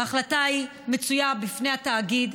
ההחלטה מצויה אצל התאגיד.